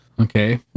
okay